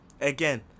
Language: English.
Again